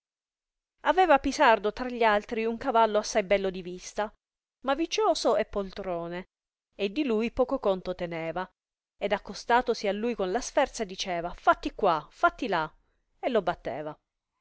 aveva pisardo tra gli altri un cavallo assai bello di vista ma vicioso e poltrone e di lui poco conto teneva ed accostatosi a lui con la sferza diceva fatti qua fatti là e lo batteva